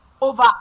over